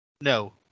No